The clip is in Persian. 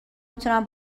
میتونم